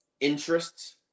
interests